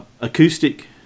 acoustic